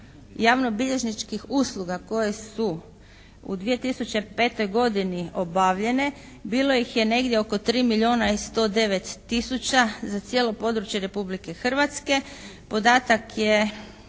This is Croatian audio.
javnobilježničkih usluga koje su u 2005. godini obavljene bilo ih je negdje oko 3 milijona i 109 tisuća za cijelo područje Republike Hrvatske. Podatak je